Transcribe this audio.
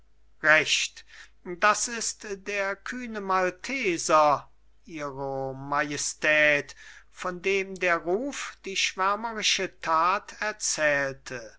recht das ist der kühne malteser ihre majestät von dem der ruf die schwärmerische tat erzählte